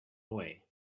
away